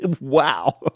wow